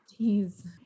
Jeez